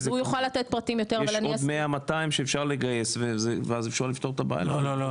הוא יוכל לתת פרטים יותר אבל אני --- יש עוד 100,